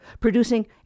producing